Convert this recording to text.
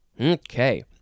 Okay